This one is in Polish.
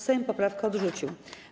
Sejm poprawkę odrzucił.